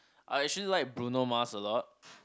I actually like Bruno-Mars a lot